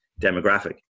demographic